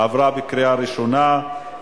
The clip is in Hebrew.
עברה בקריאה ראשונה,